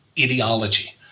ideology